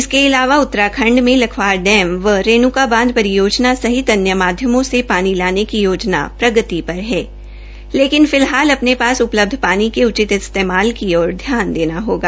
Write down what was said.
इसके अलावा उत्तराखंड में लखवार डैम व रेणुका बांध परियोजना सहित अन्य माध्यमों से पानी लाने की योजना प्रगति पर है लेकिन फिलहाल अपने पास उपलब्ध पानी के उचित इसतेमाल की ओर ध्यान देना होगा